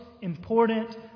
important